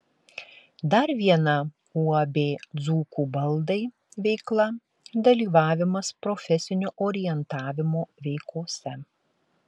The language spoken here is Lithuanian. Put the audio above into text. dar viena uab dzūkų baldai veikla dalyvavimas profesinio orientavimo veikose